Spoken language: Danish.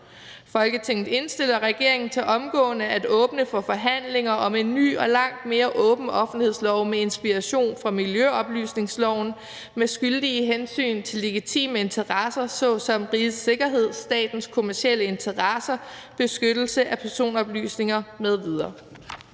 Folketinget indstiller til regeringen omgående at åbne for forhandlinger om en ny og langt mere åben offentlighedslov med inspiration fra miljøoplysningsloven med skyldige hensyn til legitime interesser såsom rigets sikkerhed, statens kommercielle interesser, beskyttelse af personoplysninger m.v.